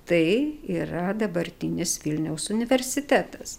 tai yra dabartinis vilniaus universitetas